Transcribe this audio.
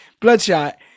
bloodshot